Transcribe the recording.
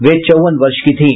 वे चौवन वर्ष की थीं